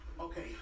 Okay